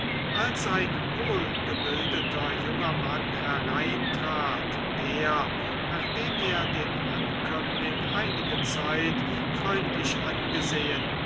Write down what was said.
als ein wohlgebildeter junger mann hereintrat der nachdem er den ankömmling einige zeit freundlich angesehen